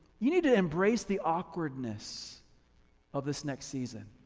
you need to embrace the awkwardness of this next season.